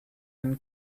him